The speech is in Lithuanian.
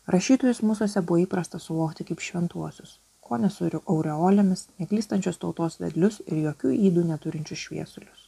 rašytojus mūsuose buvo įprasta suvokti kaip šventuosius kone su aureolėmis neklystančios tautos vedlius ir jokių ydų neturinčius šviesulius